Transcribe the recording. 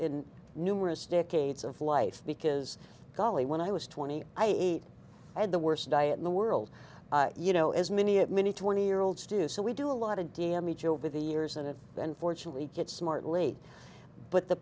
in numerous decades of life because golly when i was twenty eight i had the worst day in the world you know as many of many twenty year olds do so we do a lot of d m each over the years and it unfortunately gets smart late but the